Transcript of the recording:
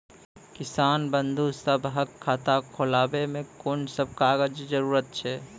किसान बंधु सभहक खाता खोलाबै मे कून सभ कागजक जरूरत छै?